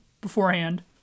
beforehand